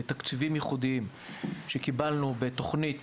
בתקציבים ייחודיים שקיבלנו בתוכנית